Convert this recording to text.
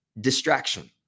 distraction